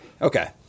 Okay